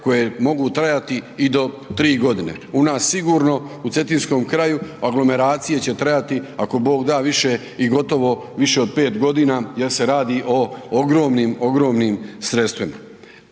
koje mogu trajati i do 3 godine. U nas sigurno, u Cetinskom kraju aglomeracije će trajati ako Bog da i više i gotovo više od 5 godina jer se radi o ogromnim, ogromnim sredstvima.